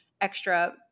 extra